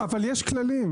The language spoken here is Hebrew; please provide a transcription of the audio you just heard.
אבל יש כללים.